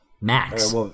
Max